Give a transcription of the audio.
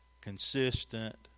consistent